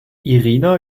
irina